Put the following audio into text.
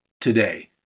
today